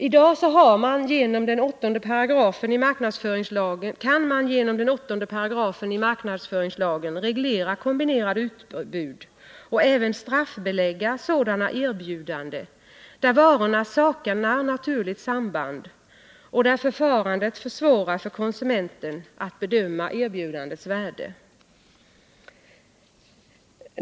I dag kan man genom 8 § marknadsföringslagen reglera kombinerade utbud och även straffbelägga sådana erbjudanden där varorna saknar naturligt samband och förfarandet försvårar för konsumenten att bedöma erbjudandets värde.